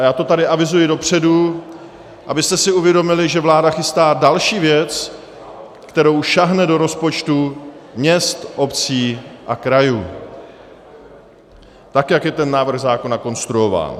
A já to tady avizuji dopředu, abyste si uvědomili, že vláda chystá další věc, kterou sáhne do rozpočtů měst, obcí a krajů, tak jak je ten návrh zákona konstruován.